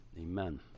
Amen